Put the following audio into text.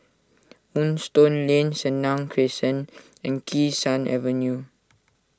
Moonstone Lane Senang Crescent and Kee Sun Avenue